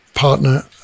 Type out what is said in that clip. partner